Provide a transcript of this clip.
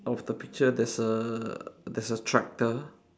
of the picture there's a there's a tractor